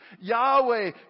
Yahweh